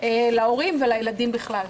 להורים ולילדים בכלל.